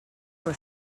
were